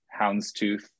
houndstooth